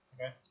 Okay